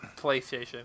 PlayStation